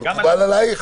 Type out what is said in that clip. האם מקובל עלייך?